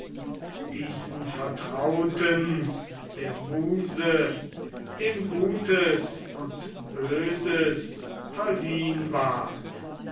diesen vertrauten der muse dem gutes und böses verliehn ward